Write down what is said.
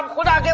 what are